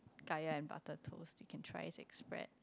kaya and butter toast you can try as bread